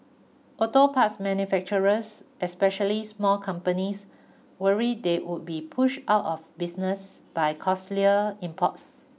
auto parts manufacturers especially small companies worry they would be pushed out of business by costlier imports